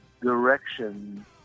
direction